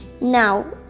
Now